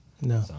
No